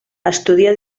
estudia